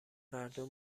مردم